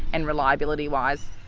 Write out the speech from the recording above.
and reliability wise.